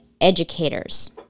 educators